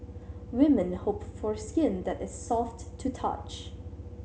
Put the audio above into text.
women hope for skin that is soft to touch